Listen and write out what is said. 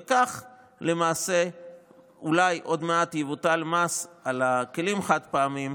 וכך למעשה אולי עוד מעט יבוטל המס על הכלים החד-פעמיים,